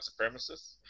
supremacists